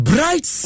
Bright